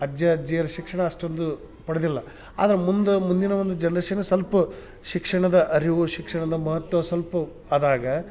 ಅಜ್ಜ ಅಜ್ಜಿಯರು ಶಿಕ್ಷಣ ಅಷ್ಟೊಂದು ಪಡೆದಿಲ್ಲ ಆದ್ರೆ ಮುಂದೆ ಮುಂದಿನ ಒಂದು ಜನ್ರೇಷನ್ ಸ್ವಲ್ಪ ಶಿಕ್ಷಣದ ಅರಿವು ಶಿಕ್ಷಣದ ಮಹತ್ವ ಸ್ವಲ್ಪ ಅದಾಗ